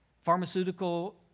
Pharmaceutical